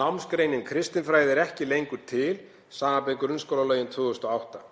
Námsgreinin kristinfræði er ekki lengur til, sbr. grunnskólalögin 2008.